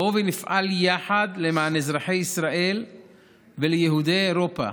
בואו ונפעל יחד למען אזרחי ישראל ויהודי אירופה